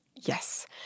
Yes